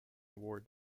award